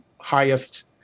highest